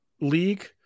league